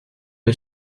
des